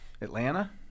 Atlanta